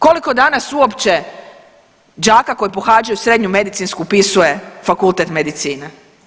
Koliko danas uopće đaka koji pohađaju srednju medicinsku upisuje fakultet medicine?